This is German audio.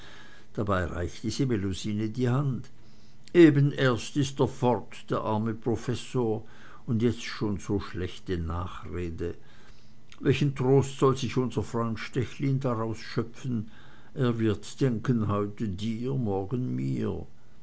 dabei reichte sie melusine die hand eben erst ist er fort der arme professor und jetzt schon so schlechte nachrede welchen trost soll sich unser freund stechlin daraus schöpfen er wird denken heute dir morgen mir